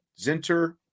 Zinter